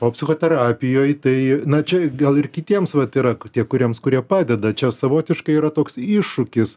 o psichoterapijoj tai na čia gal ir kitiems vat yra kad tie kuriems kurie padeda čia savotiškai yra toks iššūkis